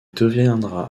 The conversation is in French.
deviendra